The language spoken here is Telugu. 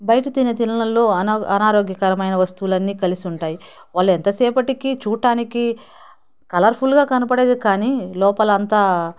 బయట తినే తిళ్ళలో అన అనారోగ్యకరమైన వస్తువులు అన్ని కలిసి ఉంటాయి వాళ్ళు ఎంతసేపటికి చూడ్డానికి కలర్ఫుల్గా కనపడేది కాని లోపల అంత